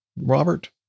Robert